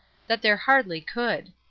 that there hardly could.